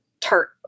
tart